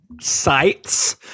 sites